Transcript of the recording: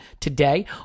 today